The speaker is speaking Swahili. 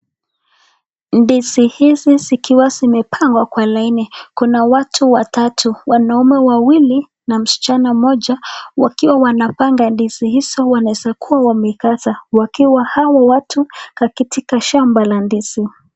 Ndizi hizi zikiwa zimepangwa kwa laini. Kuna watu watatu, wanaume wawili na msichana mmoja wakiwa wanapanga ndizi hizi wanaeza kuwa wanakata wakiwa hawa watu katika shamba la ndizi.